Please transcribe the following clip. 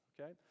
okay